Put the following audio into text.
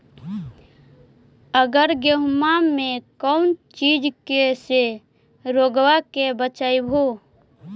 अबर गेहुमा मे कौन चीज के से रोग्बा के बचयभो?